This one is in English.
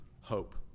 hope